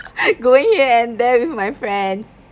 going here and there with my friends